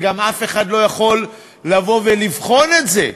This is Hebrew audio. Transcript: וגם אף אחד לא יכול לבוא ולבחון את זה,